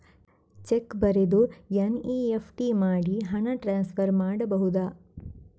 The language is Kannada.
ಚೆಕ್ ಬರೆದು ಎನ್.ಇ.ಎಫ್.ಟಿ ಮಾಡಿ ಹಣ ಟ್ರಾನ್ಸ್ಫರ್ ಮಾಡಬಹುದು?